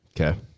Okay